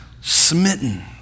smitten